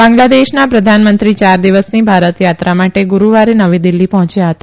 બાંગ્લાદેશના પ્રધાનમંત્રી યાર દિવસની ભારતયાત્રા માટે ગુરૂવારે નવી દિલ્હી પહોચ્યા હતા